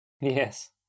yes